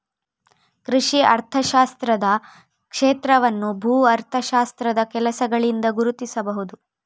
ಕೃಷಿ ಅರ್ಥಶಾಸ್ತ್ರದ ಕ್ಷೇತ್ರವನ್ನು ಭೂ ಅರ್ಥಶಾಸ್ತ್ರದ ಕೆಲಸಗಳಿಂದ ಗುರುತಿಸಬಹುದು